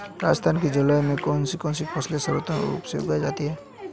राजस्थान की जलवायु में कौन कौनसी फसलें सर्वोत्तम रूप से उगाई जा सकती हैं?